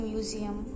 Museum